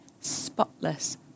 spotless